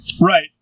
Right